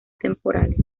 temporales